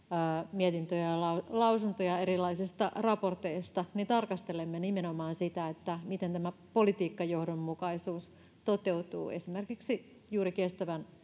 mietintöjä ja lausuntoja erilaisista raporteista niin tarkastelemme nimenomaan miten tämä politiikkajohdonmukaisuus toteutuu esimerkiksi juuri kestävän